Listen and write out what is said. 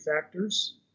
factors